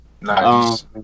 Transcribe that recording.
Nice